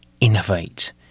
innovate